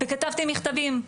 וכתבתי מכתבים,